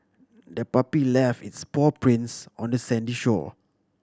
the puppy left its paw prints on the sandy shore